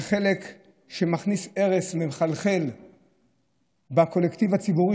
זה חלק שמכניס ארס מחלחל בקולקטיב הציבורי,